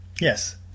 Yes